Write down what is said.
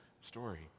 story